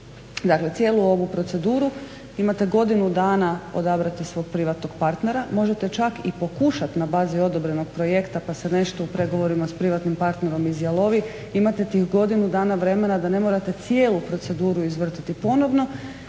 Dakle cijelu ovu proceduru imate godinu dana odabrati svog privatnog partnera možete čak i pokušati na bazi odobrenog projekta pa se nešto u pregovorima sa privatnim partnerom izjalovi imate tih godinu dana vremena da ne morate cijelu proceduru izvrtiti ponovno